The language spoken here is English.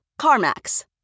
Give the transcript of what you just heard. CarMax